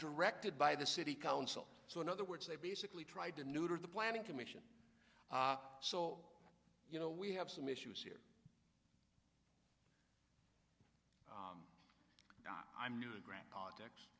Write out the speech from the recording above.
directed by the city council so in other words they basically tried to neuter the planning commission so you know we have some issues here i'm new to ground politics